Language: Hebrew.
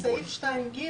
סעיף 2(ג)